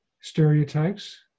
stereotypes